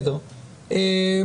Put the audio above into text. בקשת